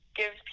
give